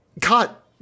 Cut